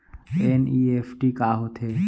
NEFT का होथे?